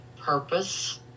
purpose